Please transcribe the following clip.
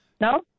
No